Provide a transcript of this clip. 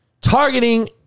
Targeting